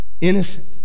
innocent